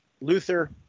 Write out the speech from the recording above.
Luther